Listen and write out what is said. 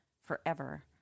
forever